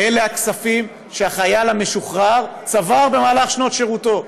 אלה הכספים שהחייל המשוחרר צבר בשנות שירותו.